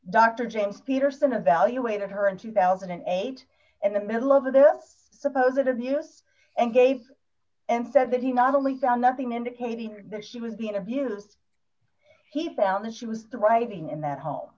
dr james peterson evaluated her in two thousand and eight in the middle over there i suppose it is news and gave and said that he not only found nothing indicating that she was being abused he found that she was the writing in that home